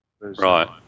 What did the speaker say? Right